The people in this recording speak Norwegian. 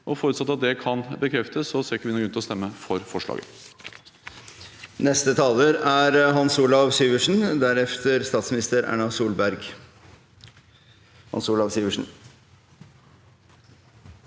og forutsatt at det kan bekreftes, ser ikke vi noen grunn til å stemme for forslaget.